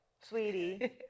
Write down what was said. sweetie